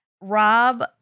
Rob